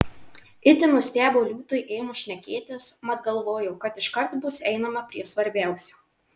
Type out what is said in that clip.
itin nustebo liūtui ėmus šnekėtis mat galvojo kad iškart bus einama prie svarbiausio